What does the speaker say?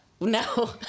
No